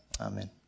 amen